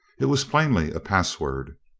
it was plainly a password.